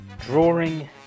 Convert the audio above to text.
Drawing